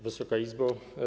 Wysoka Izbo!